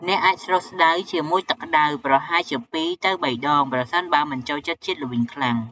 អ្នកអាចស្រុះ ស្តៅជាមួយទឹកក្ដៅ ប្រហែលជា ២ ទៅ៣ ដង ប្រសិនបើមិនចូលចិត្តជាតិល្វីងខ្លាំង។